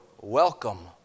welcome